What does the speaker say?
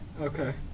Okay